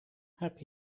happy